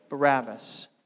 Barabbas